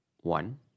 One